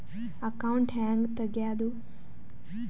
Account ಹ್ಯಾಂಗ ತೆಗ್ಯಾದು?